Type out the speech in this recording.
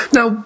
Now